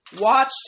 watched